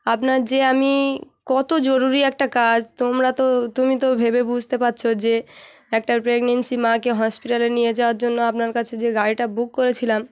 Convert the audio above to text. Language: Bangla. আপনার যে আমি কত জরুরি একটা কাজ তোমরা তো তুমি তো ভেবে বুঝতে পারছো যে একটা প্রেগনেন্সি মাকে হসপিটালে নিয়ে যাওয়ার জন্য আপনার কাছে যে গাড়িটা বুক করেছিলাম